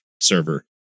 server